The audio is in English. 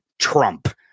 Trump